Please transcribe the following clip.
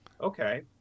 okay